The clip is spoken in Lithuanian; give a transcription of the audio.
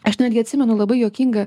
aš netgi atsimenu labai juokingą